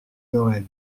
noël